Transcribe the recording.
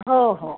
हो हो